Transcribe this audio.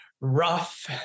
rough